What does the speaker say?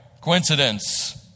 Coincidence